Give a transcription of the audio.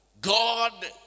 God